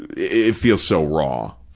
it feels so raw.